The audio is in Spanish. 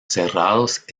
cerrados